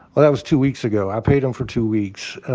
well, that was two weeks ago. i paid them for two weeks.